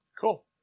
Cool